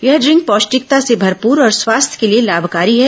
यह ड्रिंक पौष्टिकता से भरपूर और स्वास्थ्य के लिए लामकारी है